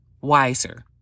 wiser